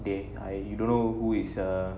they I don't know who is err